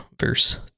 verse